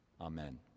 Amen